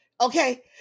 Okay